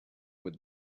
with